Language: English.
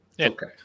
Okay